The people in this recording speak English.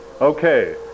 Okay